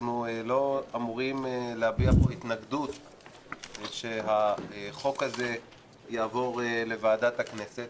שאנחנו לא אמורים להביע פה התנגדות שהחוק הזה יעבור לוועדת הכנסת,